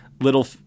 little